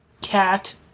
Cat